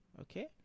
Okay